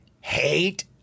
hate